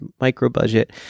micro-budget